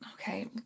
okay